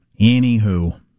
Anywho